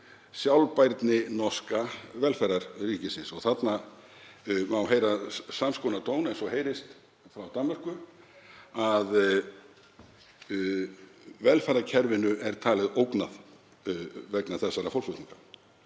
sjálfbærni norska velferðarríkisins. Þarna má heyra sams konar tón og heyrist frá Danmörku, að velferðarkerfinu sé talið ógnað vegna þessara fólksflutninga.